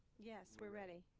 yes, we're ready.